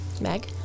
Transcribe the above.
Meg